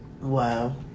Wow